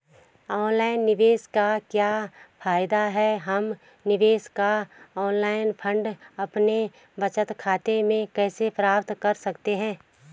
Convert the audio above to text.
Online निवेश से क्या फायदा है हम निवेश का ऑनलाइन फंड अपने बचत खाते में कैसे प्राप्त कर सकते हैं?